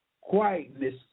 quietness